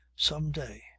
some day.